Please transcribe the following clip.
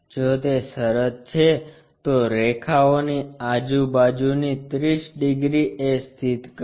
જો તે શરત છે તો રેખાઓ ની આજુબાજુની 30 ડિગ્રી એ સ્થિત કરો